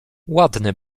ładny